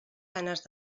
ganes